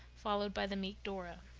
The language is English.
followed by the meek dora.